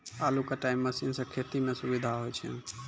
आलू कटाई मसीन सें खेती म सुबिधा होय छै